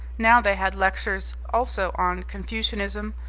now they had lectures also on confucianism,